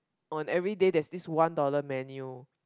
on everyday there is this one dollar menu